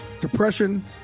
Depression